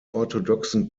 orthodoxen